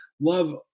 love